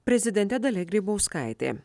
prezidentė dalia grybauskaitė